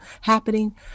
happening